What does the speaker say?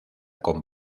con